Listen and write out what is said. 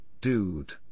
dude